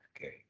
Okay